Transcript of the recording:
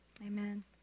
Amen